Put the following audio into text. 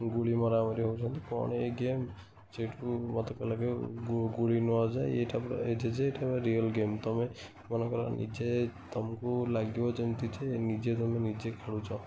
ଗୁଳି ମରାମରି ହେଉଛନ୍ତି କଣ ଏ ଗେମ୍ ସେଇଠୁ ମୋତେ କହିଲା କି ଗୁଳି ନୁହଁ ଅଜା ଏଇଟା ଏ ଜେଜେ ଏଇଟା ରିଅଲ୍ ଗେମ୍ ତମେ ମନେକର ନିଜେ ତମକୁ ଲାଗିବ ଯେମିତି ଯେ ନିଜେ ତମେ ନିଜେ ଖେଳୁଛ